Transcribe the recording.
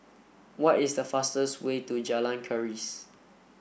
what is the fastest way to Jalan Keris